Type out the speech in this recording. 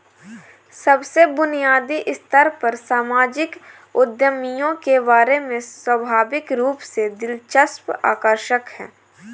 सबसे बुनियादी स्तर पर सामाजिक उद्यमियों के बारे में स्वाभाविक रूप से दिलचस्प आकर्षक है